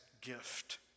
gift